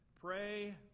Pray